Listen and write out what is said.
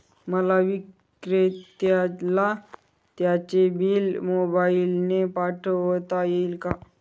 मला विक्रेत्याला त्याचे बिल मोबाईलने पाठवता येईल का?